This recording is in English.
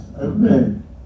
Amen